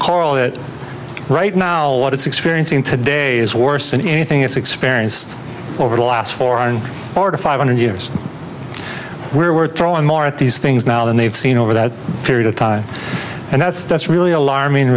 that right now what it's experiencing today is worse than anything that's experienced over the last four or four to five hundred years where we're throwing more at these things now than they've seen over that period of time and that's that's really alarming